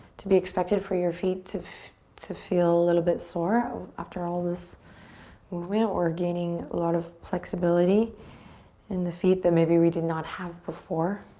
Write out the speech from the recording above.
to be expected for your feet to to feel a little bit sore after all this movement. we're gaining a lot of flexibility in the feet that maybe we did not have before.